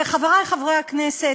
חברי חברי הכנסת,